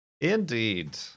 Indeed